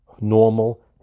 normal